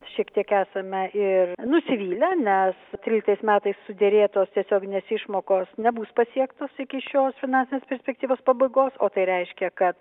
šiek tiek esame ir nusivylę nes tryliktais metais suderėtos tiesioginės išmokos nebus pasiektas iki šios finansinės perspektyvos pabaigos o tai reiškia kad